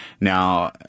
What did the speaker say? now